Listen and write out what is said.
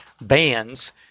bands